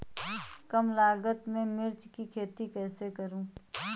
कम लागत में मिर्च की खेती कैसे करूँ?